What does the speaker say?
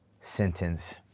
sentence